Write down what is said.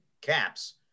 caps